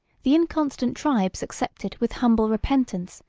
the inconstant tribes accepted, with humble repentance,